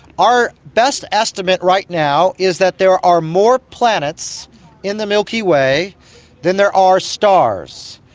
our best estimate right now is that there are more planets in the milky way than there are stars.